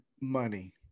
money